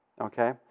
Okay